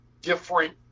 different